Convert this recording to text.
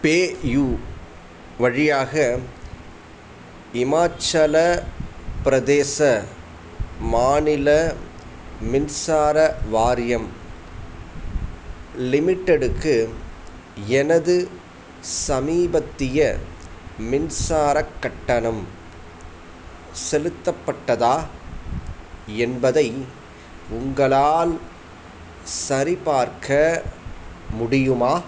PayU வழியாக இமாச்சல பிரதேச மாநில மின்சார வாரியம் லிமிடெட்டுக்கு எனது சமீபத்திய மின்சாரக் கட்டணம் செலுத்தப்பட்டதா என்பதை உங்களால் சரிபார்க்க முடியுமா